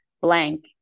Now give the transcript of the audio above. Blank